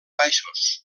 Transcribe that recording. baixos